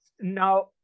Now